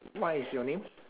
what is your name